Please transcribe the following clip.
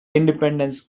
independence